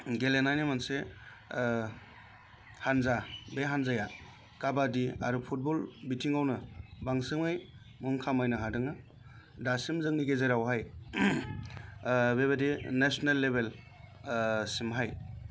गेलेनायनि मोनसे हान्जा बे हान्जाया काबादि आरो फुटबल बिथिङावनो बांसिनै मुं खामायनो हादोङो दासिम जोंनि गेजेरावहाय बेबादि नेसनेल लेबेल सिमहाय